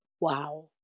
wow